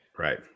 Right